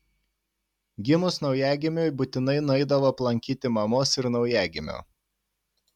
gimus naujagimiui būtinai nueidavo aplankyti mamos ir naujagimio